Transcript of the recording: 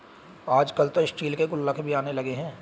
आजकल तो स्टील के गुल्लक भी आने लगे हैं